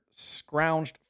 scrounged